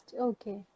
okay